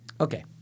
Okay